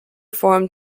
form